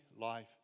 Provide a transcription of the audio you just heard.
life